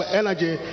energy